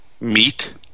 Meat